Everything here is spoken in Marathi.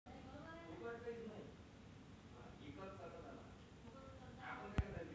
दहलिया मोठ्या आकारात आणि बर्याच रंगांमध्ये आढळते